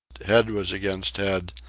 head was against head,